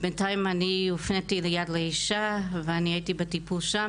בינתיים אני הופניתי ליד לאישה ואני הייתי בטיפול שם,